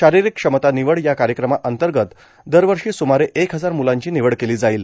शारिरीक क्षमता निवड या कार्यक्रमांतर्गत दरवर्षी सुमारे एक हजार मुलांची निवड केली जाईल